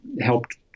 helped